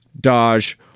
dodge